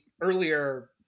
earlier